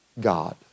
God